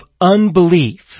unbelief